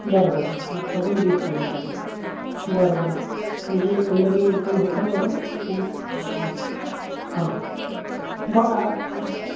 बरं बरं सात वाजून वीस मिनटानी बरं बरं तुमची कुंडली ओपन होतं आहे मॅडम एक मिनिट हां बघा